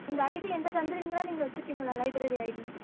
இந்த ஐடி என்கிட்ட இப்போ தந்துடுவீங்களா நீங்கள் வைச்சுப்பீங்களா லைப்ரரி ஐடி